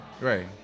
Right